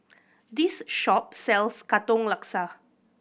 this shop sells Katong Laksa